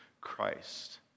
Christ